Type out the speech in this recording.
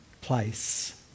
place